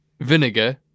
Vinegar